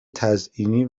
تزیینی